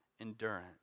endurance